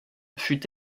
fut